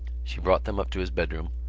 she brought them up to his bedroom,